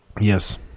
Yes